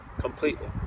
completely